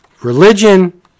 Religion